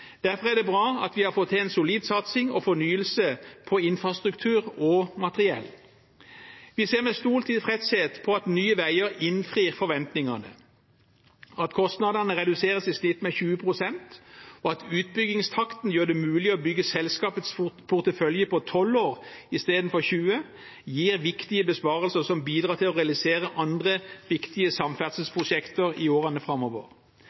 Derfor er det bra at vi har fått til en solid satsing på og fornyelse av infrastruktur og materiell. Vi ser med stor tilfredshet på at Nye Veier innfrir forventningene, og at kostnadene i snitt reduseres med 20 pst. At utbyggingstakten gjør det mulig å bygge selskapets portefølje på 12 år istedenfor 20, gir viktige besparelser som bidrar til å realisere andre viktige samferdselsprosjekter i årene framover.